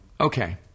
okay